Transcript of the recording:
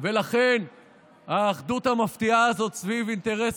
ולכן האחדות המפתיעה הזאת סביב אינטרס